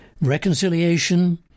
reconciliation